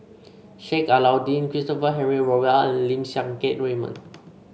Sheik Alau'ddin Christopher Henry Rothwell and Lim Siang Keat Raymond